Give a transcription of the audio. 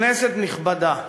כנסת נכבדה,